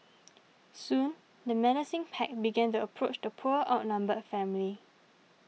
soon the menacing pack began the approach the poor outnumbered family